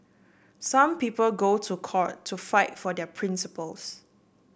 some people go to court to fight for their principles